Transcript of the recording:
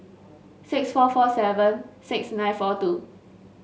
six four four seven six nine four two